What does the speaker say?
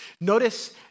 Notice